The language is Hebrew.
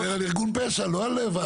אתה מדבר על ארגון פשע, לא על וועדה מחוזית.